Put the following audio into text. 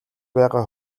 байгаа